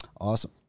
Awesome